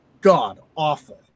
god-awful